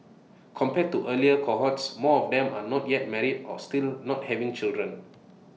compared to earlier cohorts more of them are not yet married or still not having children